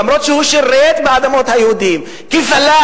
אף-על-פי שהוא שירת על אדמות היהודים כפלאח,